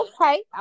okay